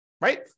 right